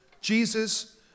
Jesus